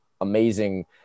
amazing